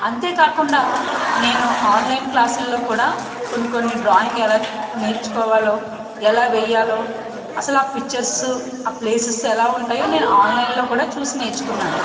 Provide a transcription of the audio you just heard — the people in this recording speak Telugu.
అంతేకాకుండా నేను ఆన్లైన్ క్లాసుల్లో కూడా కొన్ని కొన్ని డ్రాయింగ్ ఎలా నేర్చుకోవాలో ఎలా వేయాలో అసలు ఆ పిక్చర్స్ ఆ ప్లేసెస్ ఎలా ఉంటాయో నేను ఆన్లైన్లో కూడా చూసి నేర్చుకున్నాను